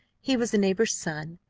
he was a neighbor's son.